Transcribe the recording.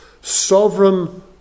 Sovereign